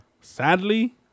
Sadly